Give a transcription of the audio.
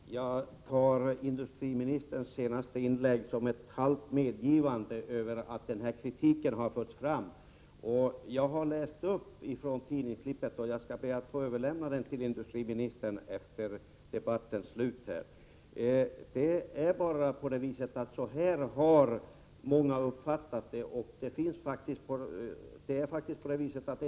Herr talman! Jag tar industriministerns senaste inlägg som ett halv medgivande av att den här kritiken har förts fram. Jag har läst upp vad som stod i tidningsklippet, som jag skall be att få överlämna efter debattens slut. Många har uppfattat det inträffade på detta sätt.